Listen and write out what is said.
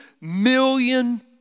million